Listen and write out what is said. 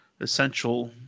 essential